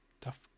Tough